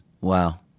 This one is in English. Wow